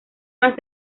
más